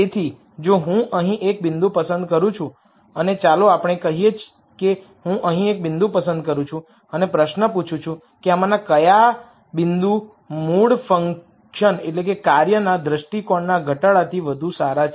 તેથી જો હું અહીં એક બિંદુ પસંદ કરું છું અને ચાલો આપણે કહીએ કે હું અહીં એક બિંદુ પસંદ કરું છું અને પ્રશ્ન પૂછું છું કે આમાંના કયા બિંદુ મૂળ ફંક્શન દૃષ્ટિકોણના ઘટાડાથી વધુ સારા છે